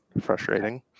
frustrating